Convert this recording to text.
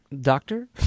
doctor